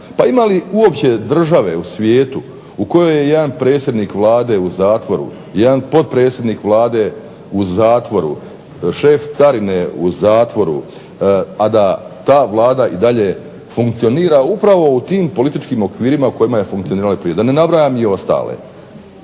ima li uopće države u svijetu u kojoj je jedan predsjednik vlade u zatvoru, jedan potpredsjednik vlade u zatvoru, šef carine u zatvoru, a da ta Vlada i dalje funkcionira upravo u tim političkim okvirima u kojima je funkcionirala i prije, da ne nabrajam ostale.